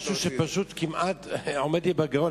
זה משהו שפשוט כמעט עומד לי בגרון,